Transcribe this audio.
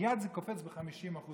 מייד הקנס קופץ ב-50%.